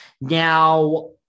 Now